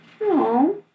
No